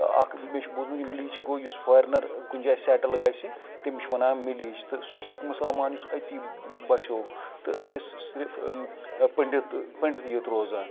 اَکھ مےٚ چھُ بوٗزمُت مِلِچ گوٚو یُس فارِنر کُنہِ جاے سیٹٕل گَژھِ تٔمِس چھِ وَنان ملیٖچ تہٕ سُہ اوس اَکھ مسلمان یُس أتی بَسیو تہٕ اتہِ سُہ صرِف پٕنٛڈِت پٕنٛڈِتٕے یوت روزان